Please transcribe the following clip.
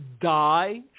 die